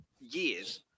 years